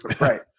Right